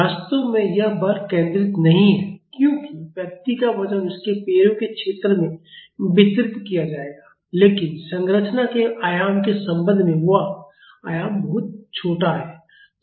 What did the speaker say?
वास्तव में यह बल केंद्रित नहीं है क्योंकि व्यक्ति का वजन उसके पैरों के क्षेत्र में वितरित किया जाएगा लेकिन संरचना के आयाम के संबंध में वह आयाम बहुत छोटा है